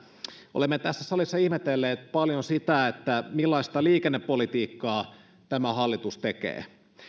olemme tässä salissa ihmetelleet paljon sitä millaista liikennepolitiikkaa tämä hallitus tekee